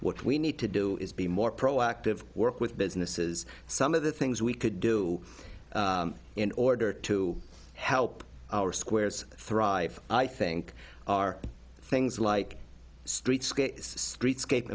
what we need to do is be more proactive work with businesses some of the things we could do in order to help our squares thrive i think are things like streets s